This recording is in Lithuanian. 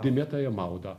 dėmėtąja mauda